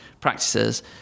practices